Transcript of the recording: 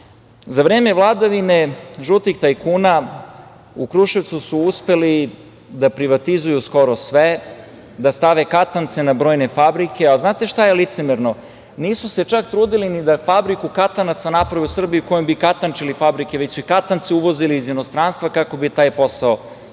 vreme vladavine žutih tajkuna u Kruševcu su uspeli da privatizuju skoro sve, da stave katance na brojne fabrike, a znate šta je licemerno? Nisu se čak trudili ni da fabriku katanaca naprave u Srbiji kojom bi katančili fabrike, već su i katance uvozili iz inostranstva kako bi taj posao